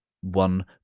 one